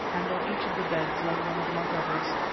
and on each of the beds lay one of my brothers.